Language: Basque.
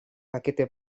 pakete